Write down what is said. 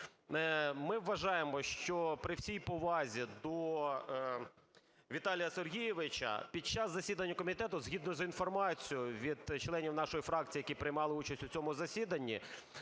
ми вважаємо, що, при всій повазі до Віталія Сергійовича, під час засідання комітету згідно з інформацією від членів нашої фракції, які приймали участь в цьому засіданні,